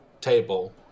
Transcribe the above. table